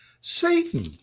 Satan